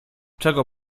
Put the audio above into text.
czego